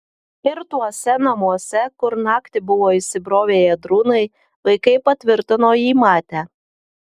ir tuose namuose kur naktį buvo įsibrovę ėdrūnai vaikai patvirtino jį matę